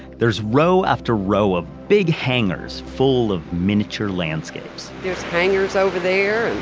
there's row after row of big hangars full of miniature landscapes there's hangers over there